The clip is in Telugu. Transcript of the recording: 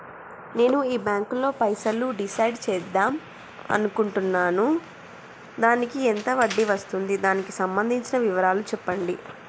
నేను ఈ బ్యాంకులో పైసలు డిసైడ్ చేద్దాం అనుకుంటున్నాను దానికి ఎంత వడ్డీ వస్తుంది దానికి సంబంధించిన వివరాలు చెప్పండి?